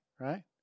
right